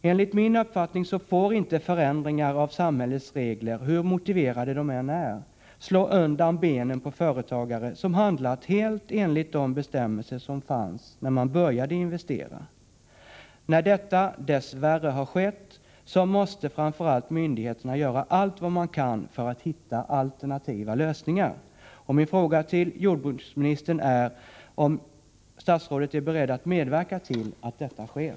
Enligt min uppfattning får inte förändringar av samhällets regler, hur motiverade de än är, så att säga slå undan benen på de företagare som handlat helt i enlighet med de bestämmelser som fanns när investeringarna påbörjades. Dess värre har detta skett, och då måste framför allt myndigheterna göra allt de kan för att hitta alternativa lösningar. Min fråga till jordbruksministern är således: Är statsrådet beredd att medverka till att så sker?